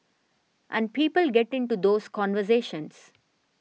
and people get into those conversations